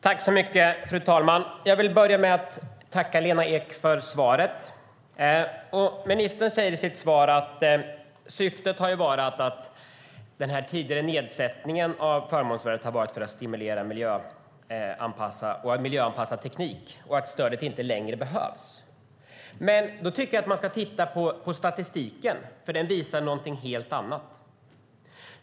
Fru talman! Jag tackar miljöminister Lena Ek för svaret. Ministern säger i sitt svar att syftet med den tidigare nedsättningen av förmånsvärdet var att stimulera miljöanpassad teknik och att stödet inte längre behövs. Men tittar man på statistiken visar den något helt annat.